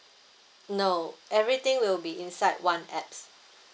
no everything will be inside one apps